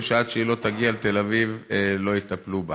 שעד שהיא לא תגיע לתל אביב לא יטפלו בה.